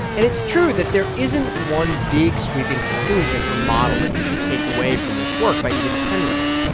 and it's true that there isn't one big, sweeping conclusion or model that you should take away from this work by edith penrose.